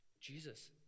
Jesus